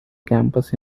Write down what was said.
campus